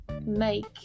make